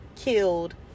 killed